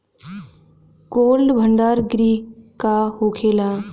Cold भण्डार गृह का होखेला?